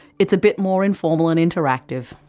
it's a bit more informal and interactive,